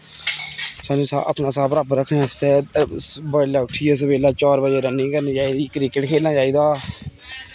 सानूं अपना साह् बराबर रक्खने आस्तै बड्डलै उट्ठियै सबे'ल्ला चार बजे रनिंग करनी चाहिदी क्रिकेट खेल्लना चाहिदा